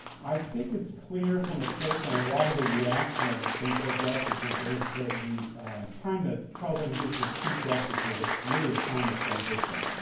i think it's clear from the case that a lot of the reaction of the supreme court justices is that the time that charles evan hughes was chief justice was ah really a time of transition,